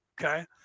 Okay